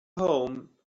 home